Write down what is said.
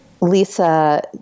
Lisa